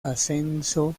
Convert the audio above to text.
ascenso